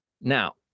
Now